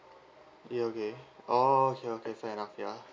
okay okay oh okay okay fair enough ya